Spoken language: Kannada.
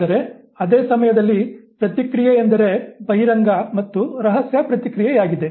ಆದರೆ ಅದೇ ಸಮಯದಲ್ಲಿ ಪ್ರತಿಕ್ರಿಯೆ ಎಂದರೆ ಬಹಿರಂಗ ಮತ್ತು ರಹಸ್ಯ ಪ್ರತಿಕ್ರಿಯೆಯಾಗಿದೆ